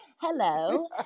Hello